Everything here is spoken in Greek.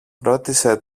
ρώτησε